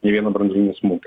nė vieno branduolinio smūgio